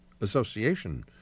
association